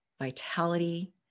vitality